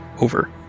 over